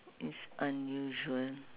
is unusual